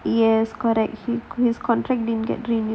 yes correct his his contract didn't get renewed